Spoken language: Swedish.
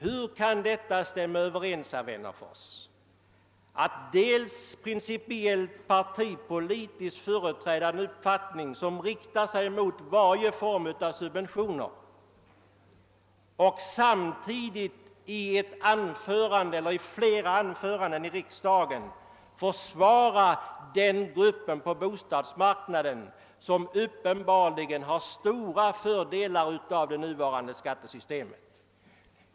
Hur kan det stämma överens, herr Wennerfors, att man dels principiellt partipolitiskt företräder en uppfattning som riktar sig mot varje form av subventioner, dels samtidigt i flera anföranden i riksdagen försvarar denna kategori på bostadsmarknaden som uppenbarligen har stora fördelar av det nuvarande skattesystemet?